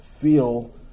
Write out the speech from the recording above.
feel